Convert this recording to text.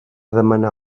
demanar